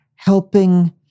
Helping